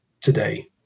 today